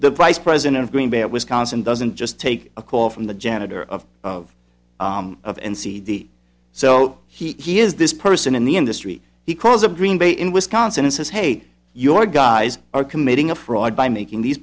the price president of green bay wisconsin doesn't just take a call from the janitor of of of and cd so he is this person in the industry he calls a green bay in wisconsin and says hey your guys are committing a fraud by making these